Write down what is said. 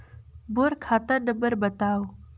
मोर खाता नम्बर बताव?